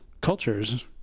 cultures